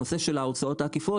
הנושא של ההוצאות העקיפות,